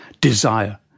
desire